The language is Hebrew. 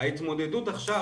ההתמודדות עכשיו,